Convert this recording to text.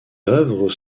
œuvres